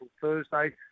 Thursday